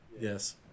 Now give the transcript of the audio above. Yes